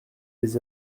les